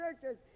churches